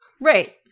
Right